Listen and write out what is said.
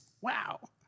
Wow